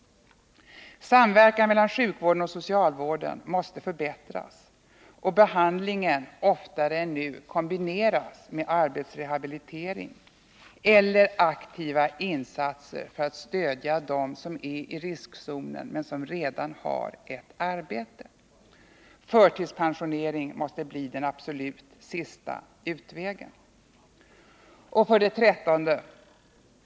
Samverkan mellan sjukvården och socialvården måste förbättras och behandlingen oftare än nu kombineras med arbetsrehabilitering eller aktiva insatser för att stödja dem som är i riskzonen men som redan har ett arbete. Förtidspensionering måste bli den absolut sista utvägen. 13.